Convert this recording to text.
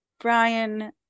Brian